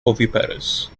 oviparous